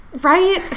Right